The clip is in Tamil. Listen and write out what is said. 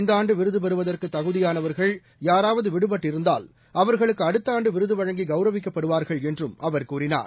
இந்த ஆண்டு விருது பெறுவதற்கு தகுதியானவர்கள் யாராவது விடுபட்டிருந்தால் அவர்களுக்கு அடுத்த ஆண்டு விருது வழங்கி கௌரவிக்கப்படுவார்கள் என்றும் அவர் கூறினார்